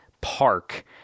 Park